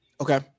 Okay